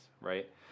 right